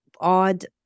odd